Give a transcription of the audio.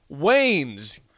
Waynes